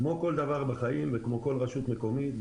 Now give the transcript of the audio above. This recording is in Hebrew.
כמו כל רשות מקומית,